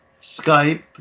Skype